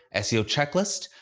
ah seo checklist,